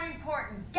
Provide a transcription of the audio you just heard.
important